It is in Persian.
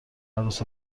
عروس